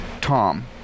tom